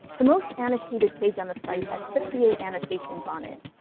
the most-annotated page on the site has fifty eight annotations on it,